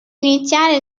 iniziale